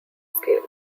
scale